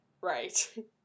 right